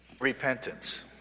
Repentance